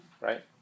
Right